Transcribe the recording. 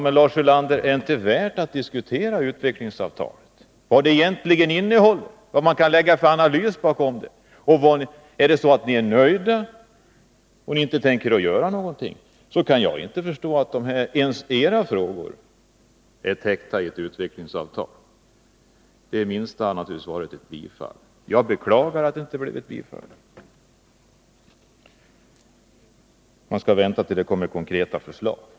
Men, Lars Ulander, är det inte värt att diskutera vad utvecklingsavtalet egentligen innehåller och vilken analys man kan lägga bakom det? Är ni nöjda och inte tänker göra någonting, kan jag inte förstå att ens era frågor är täckta i ett utvecklingsavtal. Det minsta ni kan göra är naturligtvis att tillstyrka förslagen. Jag beklagar att det inte blev så. Man skall vänta tills det kommer konkreta förslag.